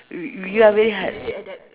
we we already had